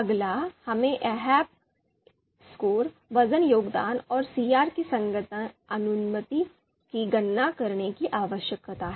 अगला हमें AHPस्कोर वजन योगदान और सीआर कि संगति अनुपात की गणना करने की आवश्यकता है